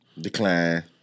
Decline